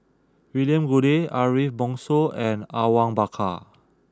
William Goode Ariff Bongso and Awang Bakar